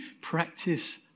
Practice